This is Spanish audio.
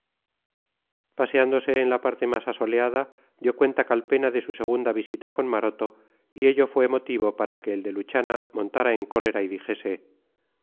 paseándose en la parte más asoleada dio cuenta calpena de su segunda entrevista con maroto y ello fue motivo para que el de luchana montara en cólera y dijese